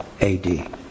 AD